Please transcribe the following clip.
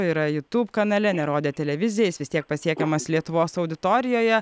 yra youtube kanale nerodė televizija jis vis tiek pasiekiamas lietuvos auditorijoje